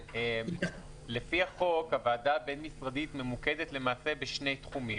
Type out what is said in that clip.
לפי החוק הוועדה הבין-משרדית ממוקדת למעשה בשני תחומים.